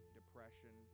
depression